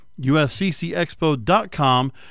usccexpo.com